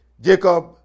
Jacob